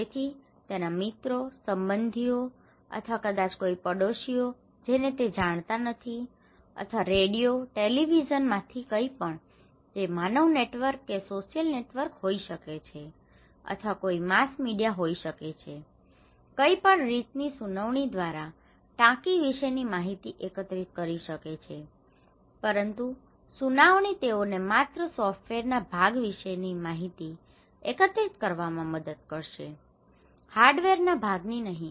તેથી તેના મિત્રો સંબંધીઓ અથવા કદાચ કોઈ પડોશીઓ જેને તે જાણતા નથી અથવા રેડિયો ટેલિવિઝનમાંથી કંઈપણ તે માનવ નેટવર્ક કે સોશિયલ નેટવર્ક હોઈ શકે છે અથવા કોઈ માસ મીડિયા હોઈ શકે છે કંઈ પણ રીતની સુનાવણી દ્વારા ટાંકી વિશેની માહિતી એકત્રિત કરી શકે છે પરંતુ સુનાવણી તેઓને માત્ર સોફ્ટવેરના ભાગ વિશેની માહિતી એકત્રિત કરવામાં મદદ કરશે હાર્ડવેરના ભાગની નહીં